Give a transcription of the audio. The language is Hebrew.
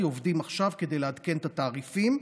עובדים עכשיו כדי לעדכן את התעריפים,